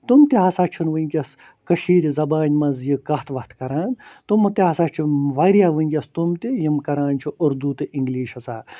تِم تہِ ہَسا چھِنہٕ وُنکٮ۪س کٔشیٖرِ زَبانہِ مَنٛز یہِ کتھ وتھ کَران تِم تہِ ہَسا چھِ واریاہ وُنکٮ۪س تِم تہِ یِم کَران چھِ اُردو تہٕ اِنگلِش ہَسا